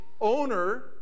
owner